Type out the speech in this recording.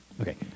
Okay